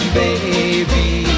baby